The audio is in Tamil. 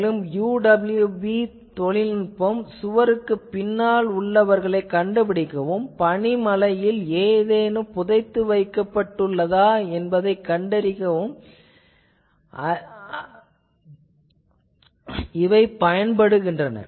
மேலும் UWB தொழில்நுட்பம் சுவருக்குப் பின்னால் உள்ளவர்களைக் கண்டுபிடிக்கவும் பனிமலையில் ஏதேனும் புதைத்து வைக்கப்பட்டு உள்ளதா என்பதையும் அறிய இவை தேவைப்படுகின்றன